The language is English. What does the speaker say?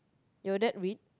you are that weak